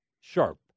sharp